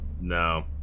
No